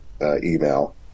email